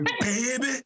baby